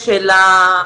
ביחד עם האוצר,